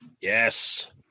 Yes